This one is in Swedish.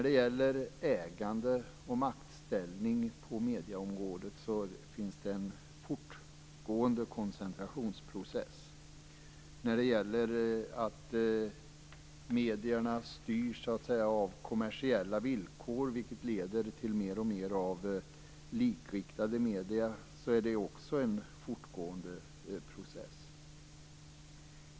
Det finns en fortgående koncentrationsprocess beträffande ägande och maktställning på medieområdet. Medierna styrs av kommersiella villkor, vilket leder till mer och mer likriktade medier. Det är också en fortgående process.